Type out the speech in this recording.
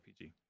rpg